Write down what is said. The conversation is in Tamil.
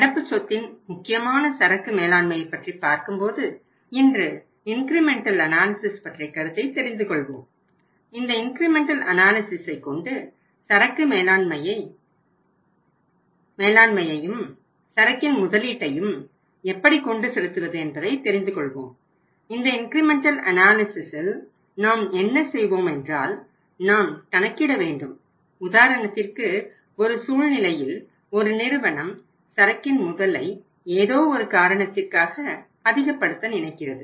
நடப்பு சொத்தின் முக்கியமான சரக்கு மேலாண்மையை பற்றி பார்க்கும் போது இன்று இன்கிரிமெண்டல் அனாலிசிஸ் நாம் என்ன செய்வோம் என்றால் நாம் கணக்கிட வேண்டும் உதாரணத்திற்கு ஒரு சூழ்நிலையில் ஒரு நிறுவனம் சரக்கின் முதலை ஏதோ ஒரு காரணத்திற்காக அதிகப்படுத்த நினைக்கிறது